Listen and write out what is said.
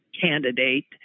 candidate